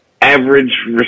average